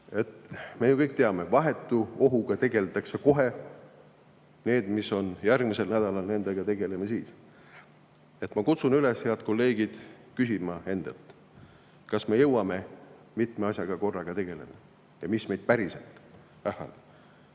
Me kõik ju teame: vahetu ohuga tegeldakse kohe, sellega, mis on järgmisel nädalal, tegeleme siis. Ma kutsun üles, head kolleegid, küsima endalt: kas me jõuame mitme asjaga korraga tegeleda ja mis meid päriselt